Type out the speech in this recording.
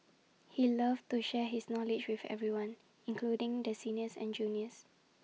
he loved to share his knowledge with everyone including the seniors and juniors